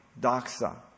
doxa